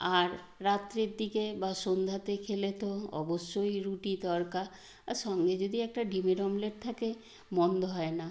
আর রাত্রের দিকে বা সন্ধ্যাতে খেলে তো অবশ্যই রুটি তড়কা আর সঙ্গে যদি একটা ডিমের অমলেট থাকে মন্দ হয় না